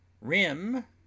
Rim